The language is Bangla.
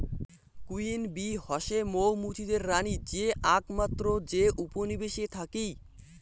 কুইন বী হসে মৌ মুচিদের রানী যে আকমাত্র যে উপনিবেশে থাকি